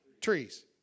trees